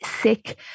sick